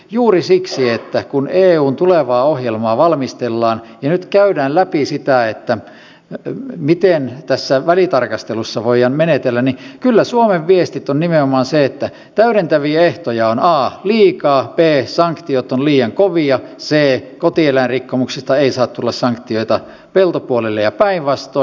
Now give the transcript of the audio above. juuri siksi että kun eun tulevaa ohjelmaa valmistellaan ja nyt käydään läpi sitä miten tässä välitarkastelussa voidaan menetellä niin kyllä suomen viestit ovat nimenomaan sitä että a täydentäviä ehtoja on liikaa b sanktiot ovat liian kovia c kotieläinrikkomuksista ei saa tulla sanktioita peltopuolelle ja päinvastoin